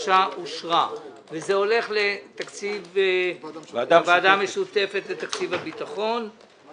הצבעה בעד, פה אחד